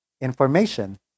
information